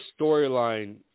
storyline